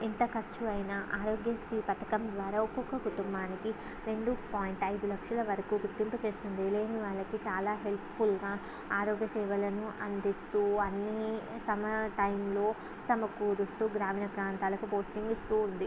ఎంత ఖర్చు అయినా ఆరోగ్యశ్రీ పథకం ద్వారా ఒక్కొక్క కుటుంబానికి రెండు పాయింట్ ఐదు లక్షల వరకు గుర్తింపు చేస్తుంది లేని వాళ్ళకి చాలా హెల్ప్ఫుల్గా ఆరోగ్య సేవలను అందిస్తూ అన్ని సరైన టైమ్లో సమకూరుస్తూ గ్రామీణ ప్రాంతాలకు పోస్టింగ్ ఇస్తూ ఉంది